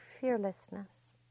fearlessness